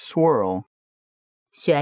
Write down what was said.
Swirl